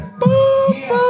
boom